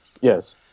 Yes